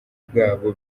bwabo